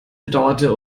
bedauerte